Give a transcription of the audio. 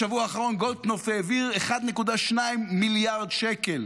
בשבוע האחרון גולדקנופ העביר 1.2 מיליארד שקל